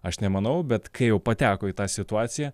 aš nemanau bet kai jau pateko į tą situaciją